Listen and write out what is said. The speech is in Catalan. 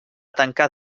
tancar